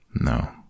No